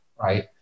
right